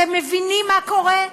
אתם מבינים מה קורה?